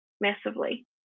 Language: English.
massively